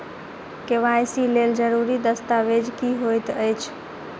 KYC लेल जरूरी दस्तावेज की होइत अछि?